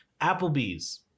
Applebee's